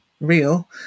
real